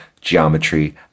geometry